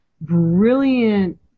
brilliant